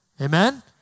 Amen